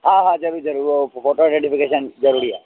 हा हा ज़रूर ज़रूर फोटो वैरिफिकेशन ज़रूरी आहे